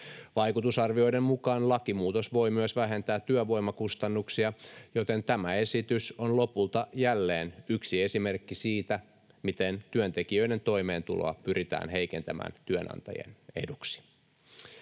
Vaikutusarvioiden mukaan lakimuutos voi myös vähentää työvoimakustannuksia, joten tämä esitys on lopulta jälleen yksi esimerkki siitä, miten työntekijöiden toimeentuloa pyritään heikentämään työnantajien eduksi.